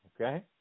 Okay